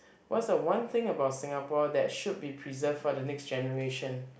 what's the one thing about Singapore that should be preserve for the next generation